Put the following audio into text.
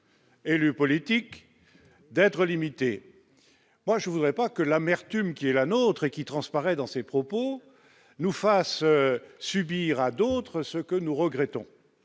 élus politiques d'être limité, moi je voudrais pas que l'amertume qui est la nôtre qui transparaît dans ses propos, nous fasse subir à d'autres ce que nous regrettons,